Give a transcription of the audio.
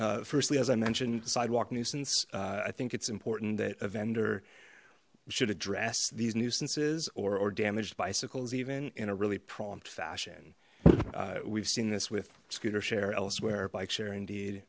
considering firstly as i mentioned sidewalk nuisance i think it's important that a vendor should address these nuisances or or damaged bicycles even in a really prompt fashion we've seen this with scooter share elsewhere bike share indeed